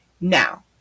Now